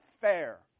fair